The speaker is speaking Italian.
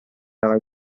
alla